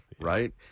Right